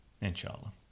inshallah